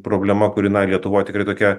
problema kuri na lietuvoj tikrai tokia